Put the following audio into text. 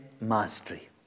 mastery